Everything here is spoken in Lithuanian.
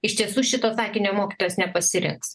iš tiesų šito sakinio mokytojas nepasirinks